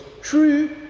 true